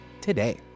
today